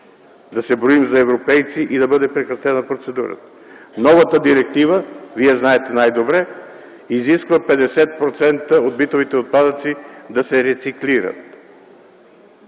да се броим за европейци и да бъде прекратена процедурата. Новата директива, Вие знаете най-добре, изисква да се рециклират